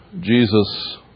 Jesus